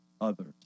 others